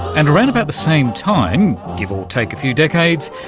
and around about the same time, give or take a few decades,